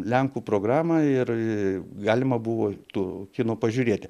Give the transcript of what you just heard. lenkų programą ir galima buvo to kino pažiūrėti